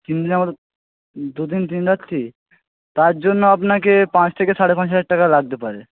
তিন দিনের মতো দুদিন তিন রাত্রি তার জন্য আপনাকে পাঁচ থেকে সাড়ে পাঁচ হাজার টাকা লাগতে পারে